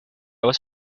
was